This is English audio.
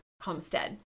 homestead